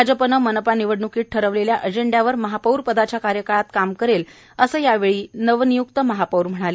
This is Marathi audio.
भाजपनं मनपा निवडणूकीत ठरवलेल्या अजेंड्यावर महापौरपदाच्या कार्यकाळात काम करेल असं यावेळी नवनियुक्त महापौर म्हणाले